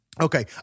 Okay